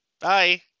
Bye